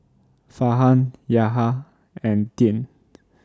Farhan Yahya and Dian